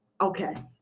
okay